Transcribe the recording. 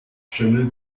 schimmel